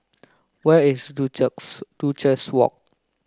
where is Duchess Walk